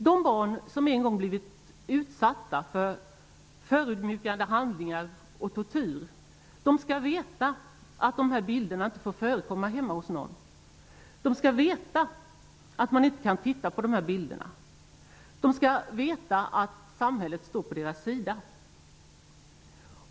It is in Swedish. De barn som en gång blivit utsatta för förödmjukande handlingar och tortyr skall veta att de här bilderna inte får förekomma hemma hos någon. De skall veta att man inte kan titta på dessa bilder. De skall veta att samhället står på deras sida.